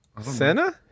Senna